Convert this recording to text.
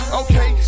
okay